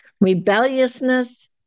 rebelliousness